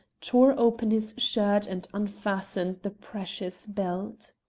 tore open his shirt, and unfastened the precious belt.